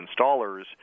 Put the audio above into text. installers